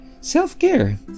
self-care